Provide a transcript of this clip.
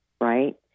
Right